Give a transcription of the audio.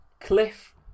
Cliff